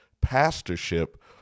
pastorship